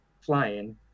flying